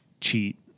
cheat